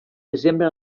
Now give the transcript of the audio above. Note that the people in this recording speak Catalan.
desembre